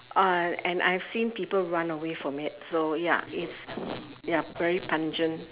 uh and I've seen people run away from it so ya it's ya very pungent